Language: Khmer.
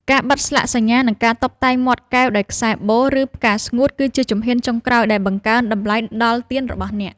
ការបិទស្លាកសញ្ញា និងការតុបតែងមាត់កែវដោយខ្សែបូ ឬផ្កាស្ងួត គឺជាជំហានចុងក្រោយដែលបង្កើនតម្លៃដល់ទៀនរបស់អ្នក។